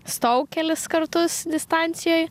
stojau kelis kartus distancijoj